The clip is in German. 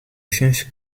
fünf